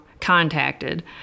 contacted